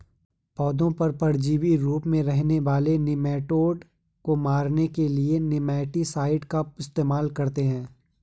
पौधों पर परजीवी के रूप में रहने वाले निमैटोड को मारने के लिए निमैटीसाइड का इस्तेमाल करते हैं